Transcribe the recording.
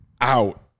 out